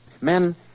Men